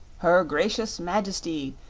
her gracious majesty,